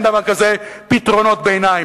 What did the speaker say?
אין דבר כזה פתרונות ביניים.